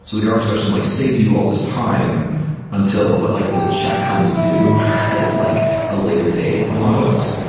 so the garbage collection like saved you all this time until but like the check comes due in like a later date in a lot of ways.